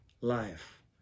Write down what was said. life